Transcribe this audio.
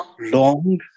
long